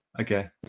Okay